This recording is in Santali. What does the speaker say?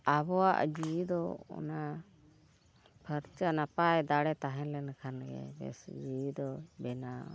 ᱟᱵᱚᱣᱟᱜ ᱡᱤᱣᱤ ᱫᱚ ᱚᱱᱟ ᱯᱷᱟᱨᱪᱟ ᱱᱟᱯᱟᱭ ᱫᱟᱲᱮ ᱛᱟᱦᱮᱸ ᱞᱮᱱᱠᱷᱟᱱ ᱜᱮ ᱵᱮᱥ ᱡᱤᱣᱤ ᱫᱚᱭ ᱵᱮᱱᱟᱣᱟ